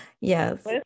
Yes